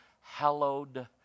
hallowed